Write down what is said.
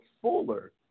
fuller